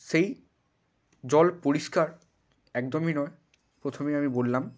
সেই জল পরিষ্কার একদমই নয় প্রথমেই আমি বললাম